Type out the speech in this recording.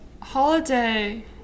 Holiday